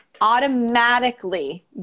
automatically